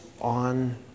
on